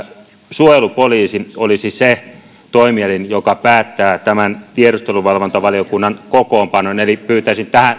suojelupoliisi olisi se toimielin joka päättää tämän tiedusteluvalvontavaliokunnan kokoonpanon eli pyytäisin